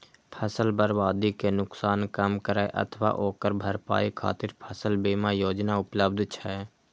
फसल बर्बादी के नुकसान कम करै अथवा ओकर भरपाई खातिर फसल बीमा योजना उपलब्ध छै